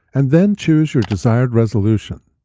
and then choose your desired resolution.